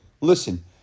Listen